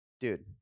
dude